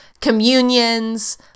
communions